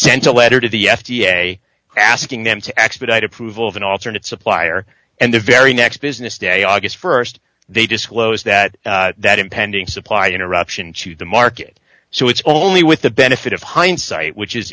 sent a letter to the f d a asking them to expedite approval of an alternate supplier and the very next business day august st they disclosed that that impending supply interruption to the market so it's only with the benefit of hindsight which is